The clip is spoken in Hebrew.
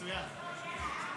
מצוין.